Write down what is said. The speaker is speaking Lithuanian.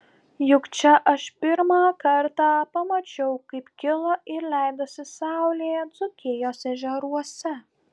juk čia aš pirmą kartą pamačiau kaip kilo ir leidosi saulė dzūkijos ežeruose